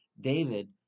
David